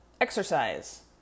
Exercise